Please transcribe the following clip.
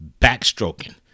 Backstroking